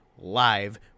live